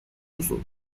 duzu